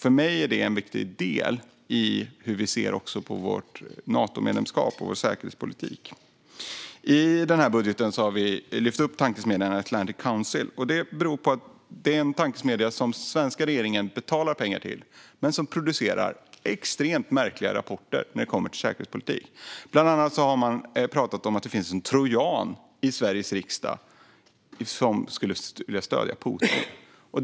För mig är det en viktig del i hur vi ser också på vårt Natomedlemskap och vår säkerhetspolitik. I den här budgeten har vi lyft upp tankesmedjan Atlantic Council. Det är en tankesmedja som den svenska regeringen betalar pengar till men som producerar extremt märkliga rapporter när det kommer till säkerhetspolitik. Bland annat har man pratat om att det finns en trojan i Sveriges riksdag som skulle vilja stödja Putin.